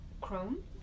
Chrome